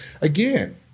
Again